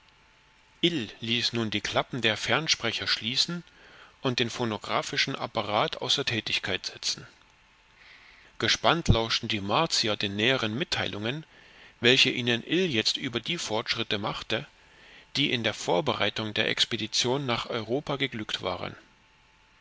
ließ nun die klappen der fernsprecher schließen und den phonographischen apparat außer tätigkeit setzen gespannt lauschten die martier den näheren mitteilungen welche ihnen ill jetzt über die fortschritte machte die in der vorbereitung der expedition nach europa geglückt waren